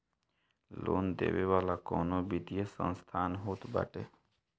loan देवे वाला कवनो वित्तीय संस्थान होत बाटे